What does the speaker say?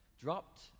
dropped